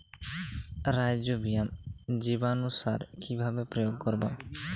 Rhizobium জীবানুসার কিভাবে প্রয়োগ করব?